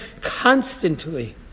constantly